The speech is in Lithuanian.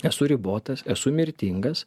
esu ribotas esu mirtingas